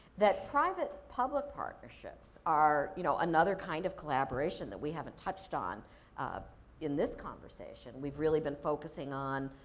that private-public partnerships are, you know, another kind of collaboration that we haven't touched on um in this conversation. we've really been focusing on